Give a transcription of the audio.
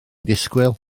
disgwyl